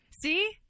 See